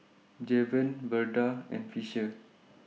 Javen Verda and Fisher